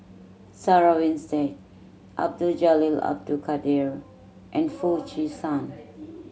Sarah Winstedt Abdul Jalil Abdul Kadir and Foo Chee San